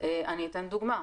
ואני אתן דוגמה,